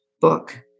Book